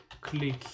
click